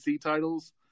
titles